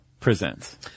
presents